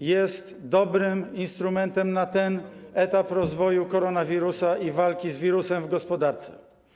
jest dobrym instrumentem na ten etap rozwoju koronawirusa i walki z wirusem w gospodarce.